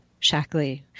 Shackley